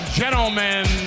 gentlemen